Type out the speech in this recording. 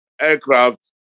aircraft